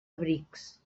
abrics